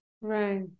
Right